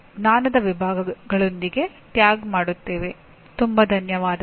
ನೀವು ಗಮನಹರಿಸಿದ್ದಕ್ಕಾಗಿ ಧನ್ಯವಾದಗಳು